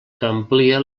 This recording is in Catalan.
amplia